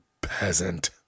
peasant